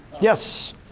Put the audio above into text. Yes